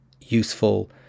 useful